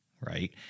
right